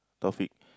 Taufiq